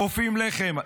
אופים לחם.